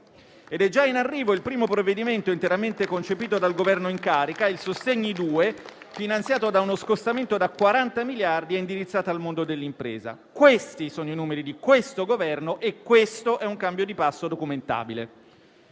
è già in arrivo il primo provvedimento interamente concepito dal Governo in carica, il secondo decreto-legge sostegni, finanziato da uno scostamento da 40 miliardi e indirizzato al mondo dell'impresa. Questi sono i numeri di questo Governo e questo è un cambio di passo documentabile.